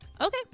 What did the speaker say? Okay